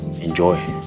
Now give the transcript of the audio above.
Enjoy